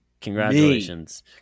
Congratulations